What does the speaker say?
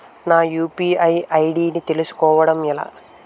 నా UPI ID ని తెలుసుకోవడం ఎలా?